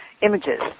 images